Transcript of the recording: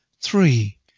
three